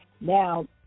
Now